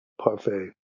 parfait